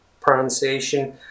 pronunciation